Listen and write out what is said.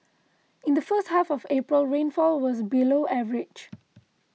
in the first half of April rainfall was below average